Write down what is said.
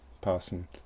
person